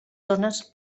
zones